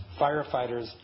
firefighters